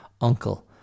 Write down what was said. uncle